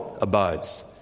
abides